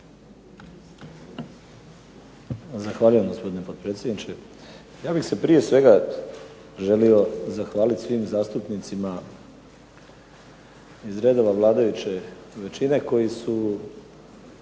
Zahvaljujem gospodine potpredsjedniče. Ja bih se prije svega želio zahvaliti svim zastupnicima vladajuće većine koji su